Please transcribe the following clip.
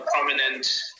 prominent